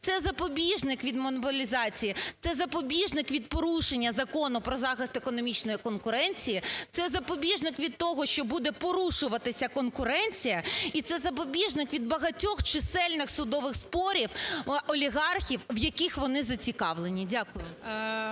Це запобіжник від монополізації. Це запобіжник від порушення Закону про захист економічної конкуренції. Це запобіжник від того, що буде порушуватися конкуренція, і це запобіжник від багатьох чисельних судових спорів олігархів, в яких вони зацікавлені. Дякую.